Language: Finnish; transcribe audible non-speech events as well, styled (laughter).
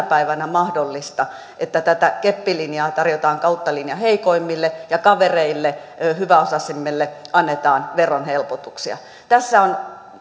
(unintelligible) päivänä mahdollista että tätä keppilinjaa tarjotaan kautta linjan heikoimmille ja kavereille hyväosaisimmille annetaan verohelpotuksia tässä on